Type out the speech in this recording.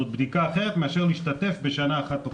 זאת בדיקה אחרת מאשר משתתף בשנה אחת תוכנית.